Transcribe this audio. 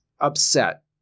upset